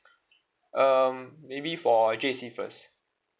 um maybe for uh J_C first